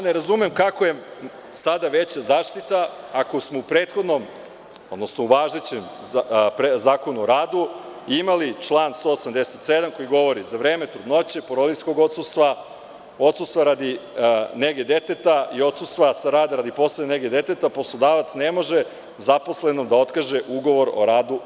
Ne razumem kako je sada veća zaštita ako smo u prethodnom, odnosno u važećem Zakonu o radu imali član 187. koji govori – za vreme trudnoće, porodiljskog odsustva, odsustva radi nege deteta i odsustva sa rada radi posebne nege deteta, poslodavac ne može zaposlenom da otkaže ugovor o radu.